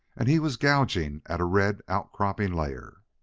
and he was gouging at a red outcropping layer.